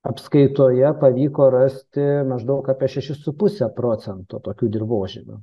apskaitoje pavyko rasti maždaug apie šešis su puse procento tokių dirvožemių